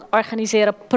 organiseren